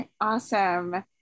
awesome